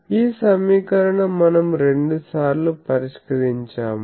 ఈ సమీకరణం మనము రెండు సార్లు పరిష్కరించాము